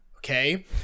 Okay